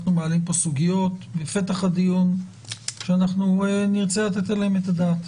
אנחנו מעלים פה סוגיות בפתח הדיון שאנחנו נרצה לתת עליהן את הדעת.